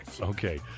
Okay